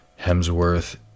hemsworth